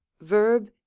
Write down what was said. Verb